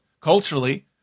culturally